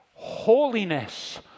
holiness